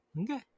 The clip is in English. okay